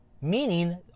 meaning